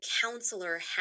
counselor